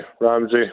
Ramsey